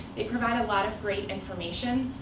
they provide a lot of great information.